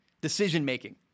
decision-making